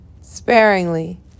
sparingly